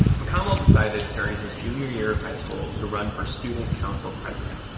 mcconnell decided during his junior year of high school to run for student council president.